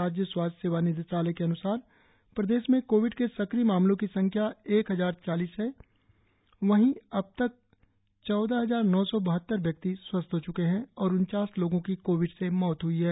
राज्य स्वास्थ्य सेवा निदेशालय के अन्सार प्रदेश में कोविड के सक्रिय मामलों की संख्या एक हजार चालीस ह्ई वहीं अब तक चौदह हजार नौ सौ बहत्तर व्यक्ति स्वस्थ हो च्के है और उनचास लोगों की कोविड से मौत ह्ई है